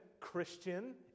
Christian